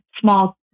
small